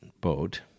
boat